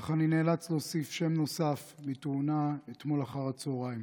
אך אני נאלץ להוסיף שם מתאונה אתמול אחר הצוהריים.